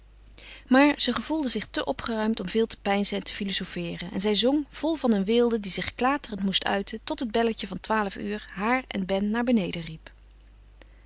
maar ze gevoelde zich te opgeruimd om veel te peinzen en te filozofeeren en zij zong vol van een weelde die zich klaterend moest uiten tot het belletje van twaalf uur haar en ben naar beneden riep